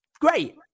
great